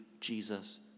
Jesus